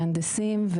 מהנדסים,